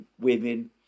women